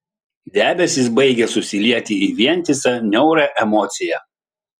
debesys baigė susilieti į vientisą niaurią emociją